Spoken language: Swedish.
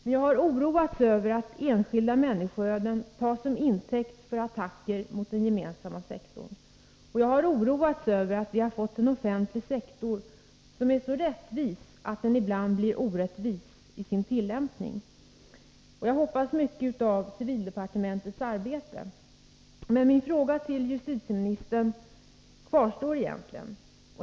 Men jag har oroats över att enskilda människoöden tas som intäkt för attacker mot den gemensamma sektorn. Och jag har oroats över att vi fått en offentlig sektor som är så ”rättvis” att den ibland blir orättvis i sin tillämpning. Jag hoppas mycket av civildepartementets arbete. Men min fråga till justitieministern kvarstår egentligen.